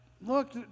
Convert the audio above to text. look